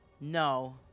No